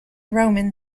roman